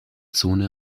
zone